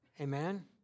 Amen